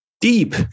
deep